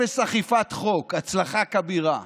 אפס אכיפת חוק, הצלחה כבירה,